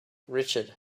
richard